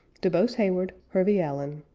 dubose heyward hervey allen.